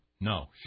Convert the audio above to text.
No